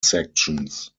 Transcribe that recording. sections